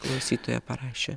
klausytoja parašė